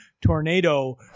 tornado